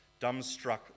dumbstruck